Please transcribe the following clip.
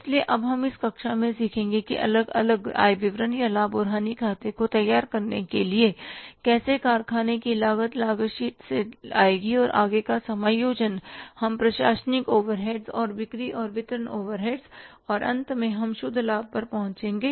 इसलिए अब हम इस कक्षा में सीखेंगे कि अलग अलग आय विवरण या लाभ और हानि खाते को तैयार करने के लिए कैसे कारखाने की लागत लागत शीट से आएगी और आगे का समायोजन हम प्रशासनिक ओवरहेड्स और बिक्री और वितरण ओवरहेड्स और अंत में हम शुद्ध लाभ पर पहुँचेंगे